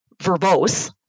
verbose